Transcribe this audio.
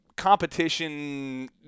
competition